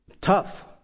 tough